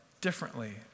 differently